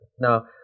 Now